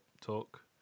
talk